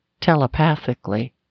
telepathically